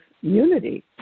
unity